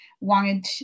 wanted